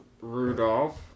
Rudolph